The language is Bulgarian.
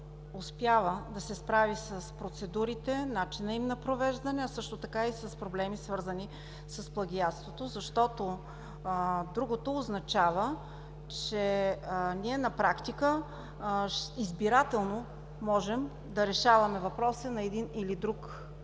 успява да се справи с процедурите, начина им на провеждане, а също така и с проблеми, свързани с плагиатството. Другото означава, че на практика избирателно можем да решаваме въпроса на един или друг